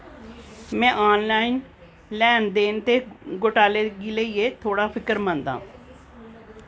में आनलाइन लैन देन ते घोटालें गी लेइयै थोह्ड़ा फिक्रमंद आं